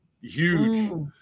huge